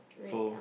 so